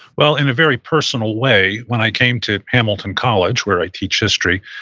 well, in a very personal way. when i came to hamilton college, where i teach history,